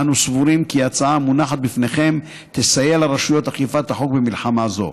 אנו סבורים כי ההצעה המונחת לפניכם תסייע לרשויות אכיפת החוק במלחמה זו.